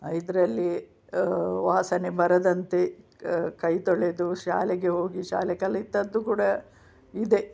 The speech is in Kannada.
ಇದರಲ್ಲಿ ವಾಸನೆ ಬರದಂತೆ ಕ್ ಕೈ ತೊಳೆದು ಶಾಲೆಗೆ ಹೋಗಿ ಶಾಲೆ ಕಲಿತದ್ದು ಕೂಡ ಇದೆ